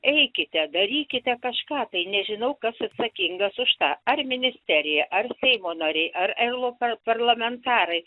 eikite darykite kažką tai nežinau kas atsakingas už tą ar ministerija ar seimo nariai ar euro par parlamentarai